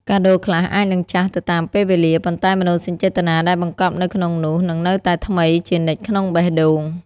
កាដូខ្លះអាចនឹងចាស់ទៅតាមពេលវេលា ប៉ុន្តែមនោសញ្ចេតនាដែលបង្កប់នៅក្នុងនោះនឹងនៅតែថ្មីជានិច្ចក្នុងបេះដូង។